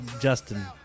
Justin